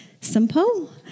simple